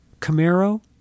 Camaro